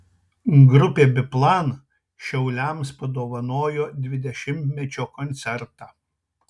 grupė biplan šiauliams padovanojo dvidešimtmečio koncertą